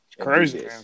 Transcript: Crazy